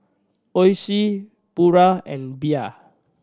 Oishi Pura and Bia